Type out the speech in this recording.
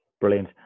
Brilliant